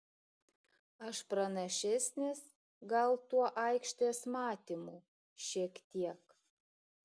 aš pranašesnis gal tuo aikštės matymu šiek tiek